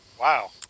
Wow